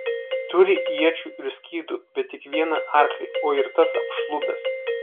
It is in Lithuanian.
turi iečių ir skydų bet tik vieną arklį o ir tas apšlubęs